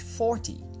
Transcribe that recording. Forty